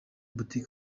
boutique